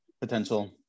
potential